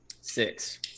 Six